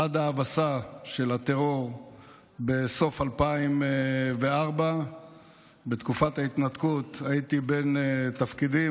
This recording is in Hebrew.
עד ההבסה של הטרור בסוף 2004. בתקופת ההתנתקות הייתי בין תפקידים,